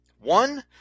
One